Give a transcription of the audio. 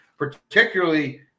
Particularly